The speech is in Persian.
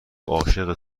عاشق